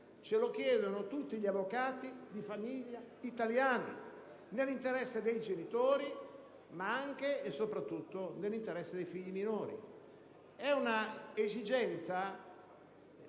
Ce lo chiedono tutti gli avvocati di famiglia italiani, nell'interesse dei genitori, ma anche e soprattutto nell'interesse dei figli minori. È un'esigenza